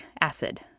acid